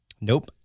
Nope